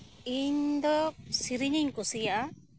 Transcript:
ᱤᱧ ᱫᱚ ᱥᱮᱨᱮᱧ ᱤᱧ ᱠᱩᱥᱤᱭᱟᱜᱼᱟ